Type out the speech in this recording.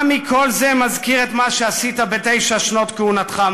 מה מכל זה מזכיר את מה שעשית בתשע שנות כהונתך,